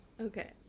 Okay